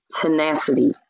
tenacity